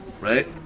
right